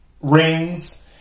rings